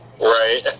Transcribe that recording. Right